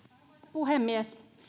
puhemies